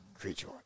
creature